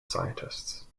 scientists